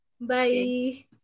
Bye